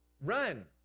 run